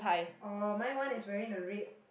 oh mine one is wearing the red